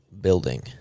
building